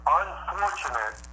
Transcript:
unfortunate